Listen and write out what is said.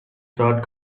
shirt